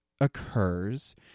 occurs